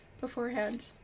beforehand